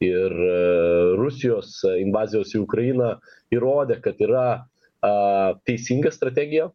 ir rusijos invazijos į ukrainą įrodė kad yra a teisinga strategija